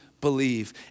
believe